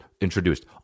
introduced